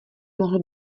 mohl